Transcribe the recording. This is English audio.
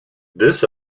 this